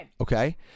okay